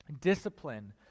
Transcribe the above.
discipline